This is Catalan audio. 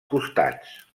costats